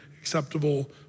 acceptable